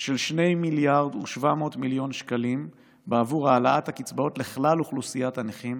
של 2.7 מיליארד שקלים בעבור העלאת הקצבאות לכלל אוכלוסיית הנכים,